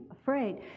afraid